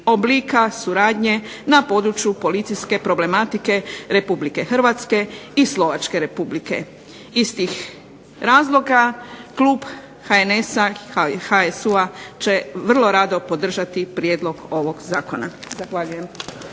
oblika suradnje na području policijske problematike Republike Hrvatske i Slovačke Republike. Iz tih razloga klub HNS-a, HSU-a će vrlo rado podržati prijedlog ovog zakona.